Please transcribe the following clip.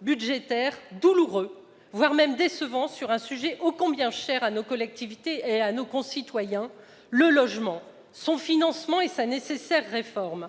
budgétaire douloureux, voire décevant, sur un sujet ô combien cher à nos collectivités et à nos concitoyens, celui du logement, de son financement et de sa nécessaire réforme.